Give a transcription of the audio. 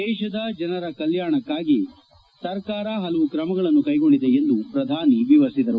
ದೇತದ ಜನರ ಕಲ್ಲಾಣಕಾಗಿ ಸರ್ಕಾರ ಪಲವು ಕ್ರಮಗಳನ್ನು ಕೈಗೊಂಡಿದೆ ಎಂದು ಪ್ರಧಾನಿ ವಿವರಿಸಿದರು